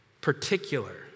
particular